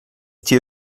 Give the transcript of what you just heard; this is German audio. tier